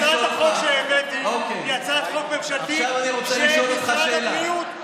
הצעת החוק שהבאתי היא הצעת חוק ממשלתית של משרד הבריאות.